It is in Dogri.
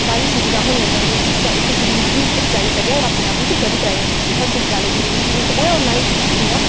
सारियां सुविधां होनियां चाहिदियां कि इक गरीब बी उद्धर जाई सकै होर अपने गी कदी प्राइवेट हास्पिटल जाने दी निं जरूरत पवै होर नां ही किसे दी इयां